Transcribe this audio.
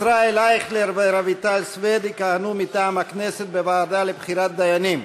ישראל אייכלר ורויטל סויד יכהנו מטעם הכנסת בוועדה לבחירת דיינים.